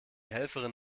helferin